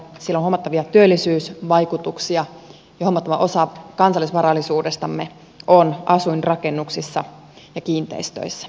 sillä on huomattavia työllisyysvaikutuksia ja huomattava osa kansallisvarallisuudestamme on asuinrakennuksissa ja kiinteistöissä